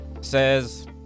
Says